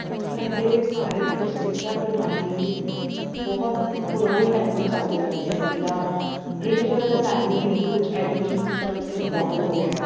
ਸਾਡੇ ਭਾਰਤ ਵਿੱਚ ਸਿੱਖਿਆ ਪ੍ਰਣਾਲੀ ਬਹੁਤ ਪੁਰਾਣੇ ਟਾਈਮ ਦੀ ਚੱਲਦੀ ਆ ਰਹੀ ਹੈ ਜਿੱਦਾਂ ਬ੍ਰਿਟਿਸ਼ਰਸ ਦੇ ਟਾਈਮ ਦੀ ਕੁਛ ਐਜੂਕੇਸ਼ਨ ਸਿਮਟਮ ਇੱਥੇ ਫੋਲੋ ਹੋ ਰਿਹਾ ਹੈ